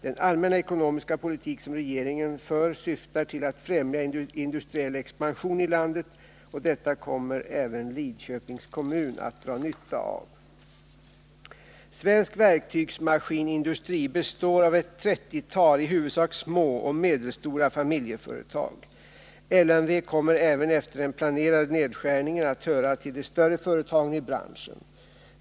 Den allmänna ekonomiska politik som regeringen för syftar till att främja en industriell expansion i landet, och detta kommer även Lidköpings kommun att dra nytta av. Svensk verktygsmaskinindustri består av ett 30-tal i huvudsak små och medelstora familjeföretag. LMV kommer även efter den planerade nedskärningen att höra till de större företagen i branschen.